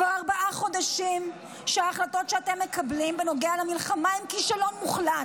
כבר ארבעה חודשים שההחלטות שאתם מקבלים בנוגע למלחמה הן כישלון מוחלט.